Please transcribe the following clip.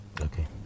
Okay